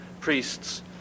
priests